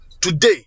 Today